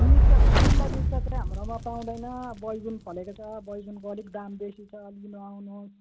मिर्चा शिमला मिर्चा चाहिँ हाम्रोमा पाउँदैन बैगुन फलेको छ बैगुनको अलिक दाम बेसी छ लिनु आउनुहोस्